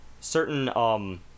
Certain